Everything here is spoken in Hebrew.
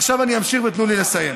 עכשיו אני אמשיך, ותנו לי לסיים.